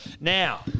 Now